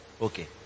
Okay